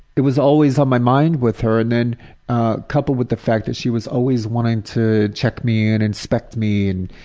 it was always on my mind with her, and then coupled with the fact that she was always wanting to check me and inspect me and